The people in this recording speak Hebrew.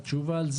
זה